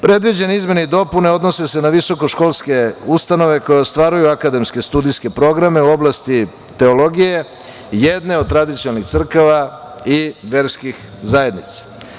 Predviđene izmene i dopune odnose se na visokoškolske ustanove koja ostvaruju akademske studijske programe u oblasti teologije, jedne od tradicionalnih crkava i verskih zajednica.